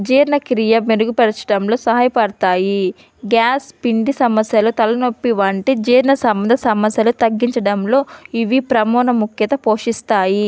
జీర్ణక్రియ మెరుగుపర్చటంలో సహాయపడతాయి గ్యాస్ పిండి సమస్యల తలనొప్పి వంటి జీర్ణ సంబంధ సమస్యలు తగ్గించడంలో ఇవి ప్రధాన ముఖ్య పాత్ర పోషిస్తాయి